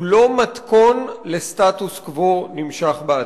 הוא לא מתכון לסטטוס-קוו נמשך בעתיד.